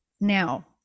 now